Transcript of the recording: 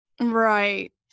Right